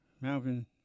Malvin